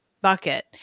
bucket